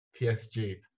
PSG